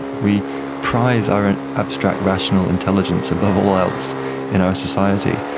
we prize our abstract rational intelligence above all else in our society,